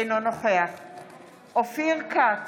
אינו נוכח אופיר כץ,